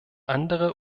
andere